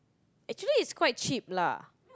actually it's quite cheap lah